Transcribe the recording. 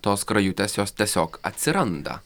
tos skrajutės jos tiesiog atsiranda